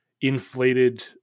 inflated